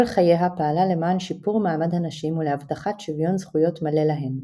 כל חייה פעלה למען שיפור מעמד הנשים ולהבטחת שוויון זכויות מלא להן.